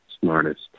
smartest